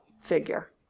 figure